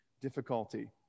difficulty